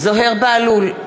זוהיר בהלול,